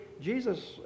Jesus